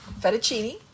fettuccine